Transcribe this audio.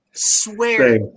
swear